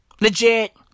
Legit